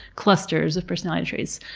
clusters of personality traits.